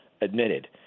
admitted